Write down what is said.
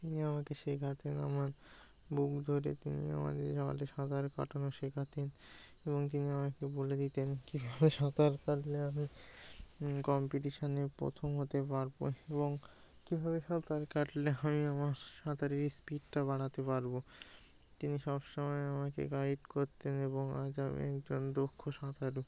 তিনি আমাকে শেখাতেন আমার বুক ধরে তিনি আমাদের সকালে সাঁতার কাটানো শেখাতেন এবং তিনি আমাকে বলে দিতেন কী ভাবে সাঁতার কাটলে আমি কম্পিটিশনে প্রথম হতে পারব এবং কী ভাবে সাঁতার কাটলে আমি আমার সাঁতারের স্পিডটা বাড়াতে পারব তিনি সব সময় আমাকে গাইড করতেন এবং আজ আমি একজন দক্ষ সাঁতারু